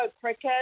cricket